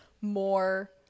more